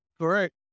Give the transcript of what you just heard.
Correct